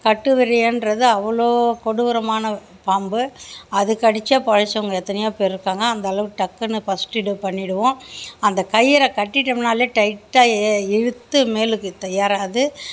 கட்டு விரியகிறது அவ்வளோ கொடூரமான பாம்பு அது கடித்த பிழச்சவுங்க எத்தனையோ பேர் இருக்காங்க அந்தளவு டக்குனு ஃபஸ்ட் டெய்டு பண்ணிவிடுவோம் அந்த கயிறை கட்டிவிட்டம்னாலே டைட்டாக இ இழுத்து மேலுக்கு ஏறாது